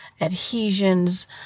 adhesions